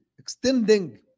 Extending